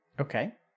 okay